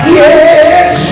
yes